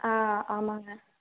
ஆ ஆமாங்க